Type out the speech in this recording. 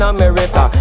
America